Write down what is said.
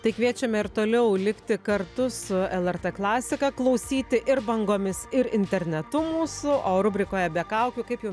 tai kviečiame ir toliau likti kartu su lrt klasika klausyti ir bangomis ir internetu mūsų o rubrikoje be kaukių kaip jau